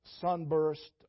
sunburst